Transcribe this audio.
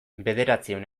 bederatziehun